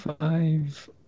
Five